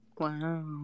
Wow